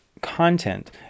content